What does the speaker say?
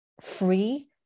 free